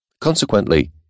Consequently